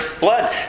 blood